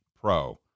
pro